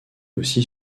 aussi